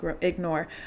ignore